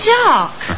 dark